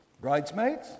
Bridesmaids